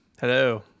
Hello